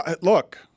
look